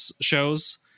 shows